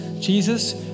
Jesus